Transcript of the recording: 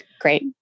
Great